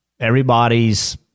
everybody's